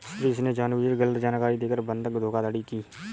सुरेश ने जानबूझकर गलत जानकारी देकर बंधक धोखाधड़ी की